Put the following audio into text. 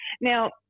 Now